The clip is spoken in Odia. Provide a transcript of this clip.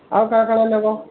ଆଉ କା'ଣା କା'ଣା ନେବ